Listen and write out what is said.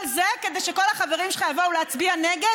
כל זה כדי שכל החברים שלך יבואו להצביע נגד